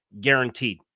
guaranteed